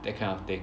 that kind of thing